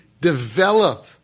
develop